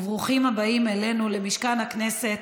וברוכים הבאים אלינו, למשכן הכנסת,